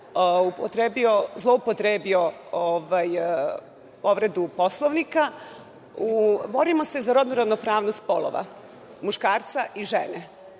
zloupotrebio povredu Poslovnika. Borimo se za rodnu ravnopravnost polova, muškarca i žene,